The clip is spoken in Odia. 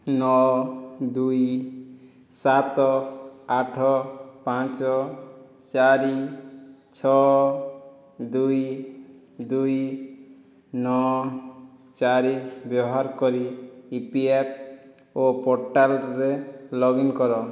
ନଅ ଦୁଇ ସାତ ଆଠ ପାଞ୍ଚ ଚାରି ଛଅ ଦୁଇ ଦୁଇ ନଅ ଚାରି ବ୍ୟବହାର କରି ଇ ପି ଏଫ୍ ଓ ପୋର୍ଟାଲ୍ରେ ଲଗ୍ ଇନ୍ କର